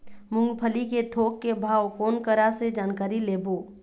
मूंगफली के थोक के भाव कोन करा से जानकारी लेबो?